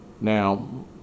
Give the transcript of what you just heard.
Now